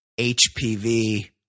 HPV